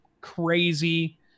crazy